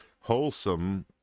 wholesome